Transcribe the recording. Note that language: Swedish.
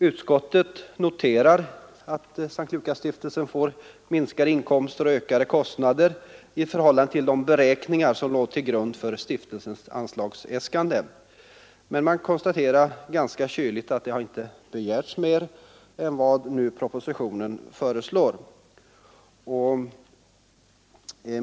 Utskottet noterar att S:t Lukasstiftelsen får minskade inkomster och ökade kostnader i förhållande till de beräkningar som låg till grund för stiftelsens anslagsäskanden men konstaterar ganska kyligt att inte mer begärts än vad i propositionen föreslås.